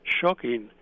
shocking